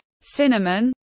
cinnamon